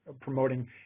promoting